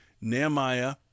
Nehemiah